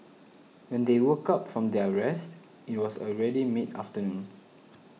when they woke up from their rest it was already mid afternoon